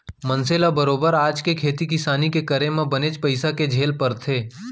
मनसे ल बरोबर आज के खेती किसानी के करे म बनेच पइसा के झेल परथे